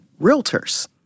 realtors